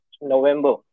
November